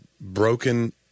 broken